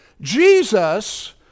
Jesus